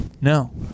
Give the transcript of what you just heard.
no